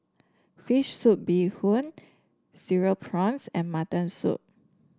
fish soup Bee Hoon Cereal Prawns and Mutton Soup